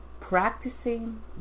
practicing